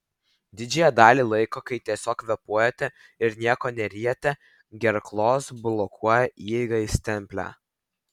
didžiąją dalį laiko kai tiesiog kvėpuojate ir nieko neryjate gerklos blokuoja įeigą į stemplę